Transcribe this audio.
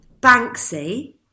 Banksy